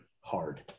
hard